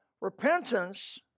Repentance